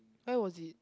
where was it